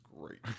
great